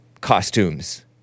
costumes